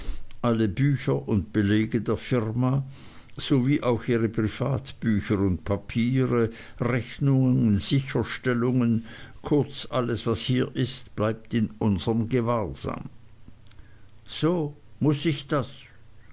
alle bücher und belege der firma sowie auch ihre privatbücher und papiere rechnungen sicherstellungen kurz alles was hier ist bleibt in unserm gewahrsam so muß ich das